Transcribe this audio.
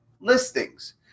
listings